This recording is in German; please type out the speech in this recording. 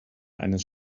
eines